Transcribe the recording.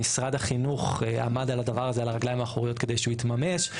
משרד החינוך עמד על הדבר הזה על הרגליים האחוריות כדי שהוא יתממש,